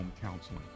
counseling